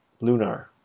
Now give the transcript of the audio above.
Lunar